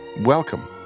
Welcome